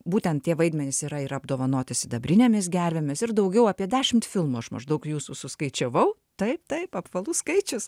būtent tie vaidmenys yra ir apdovanoti sidabrinėmis gervėmis ir daugiau apie dešimt filmų aš maždaug jūsų suskaičiavau taip taip apvalus skaičius